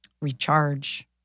recharge